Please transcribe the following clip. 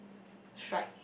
strike